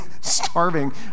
starving